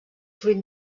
fruit